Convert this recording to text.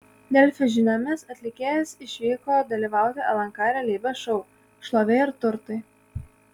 delfi žiniomis atlikėjas išvyko dalyvauti lnk realybės šou šlovė ir turtai